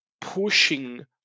pushing